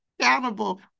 accountable